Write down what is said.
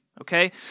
okay